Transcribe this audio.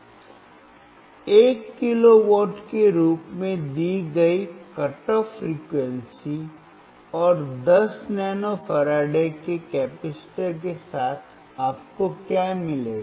1 kilowatt के रूप में दी गई कट ऑफ फ्रीक्वेंसी और 10 नैनो फैराड के कैपेसिटर के साथ आपको क्या मिलेगा